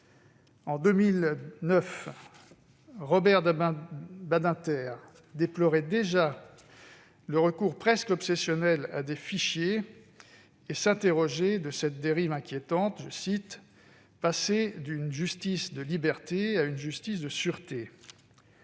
En 2009, Robert Badinter déplorait déjà le recours presque obsessionnel à des fichiers, et s'interrogeait sur cette dérive inquiétante consistant à passer « d'une justice de liberté à une justice de sûreté ».